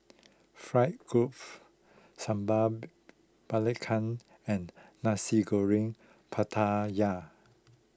Fried Group Sambal Belacan and Nasi Goreng Pattaya